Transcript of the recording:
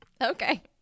okay